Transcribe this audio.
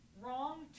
wrong